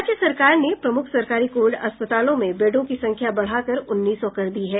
राज्य सरकार ने प्रमुख सरकारी कोविड अस्पतालों में बेडों की संख्या बढ़ाकर उन्नीस सौ कर दी है